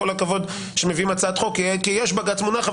כל הכבוד שמביאים הצעת חוק כי יש בג"ץ מונח,